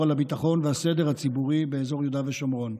על הביטחון והסדר הציבורי באזור יהודה ושומרון.